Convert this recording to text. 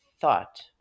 thought